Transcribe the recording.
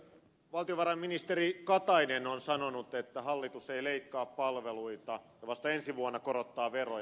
valtiovarainministeri katainen on sanonut että hallitus ei leikkaa palveluita ja vasta ensi vuonna korottaa veroja